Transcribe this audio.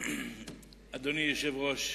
אדוני היושב-ראש,